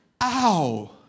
ow